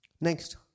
Next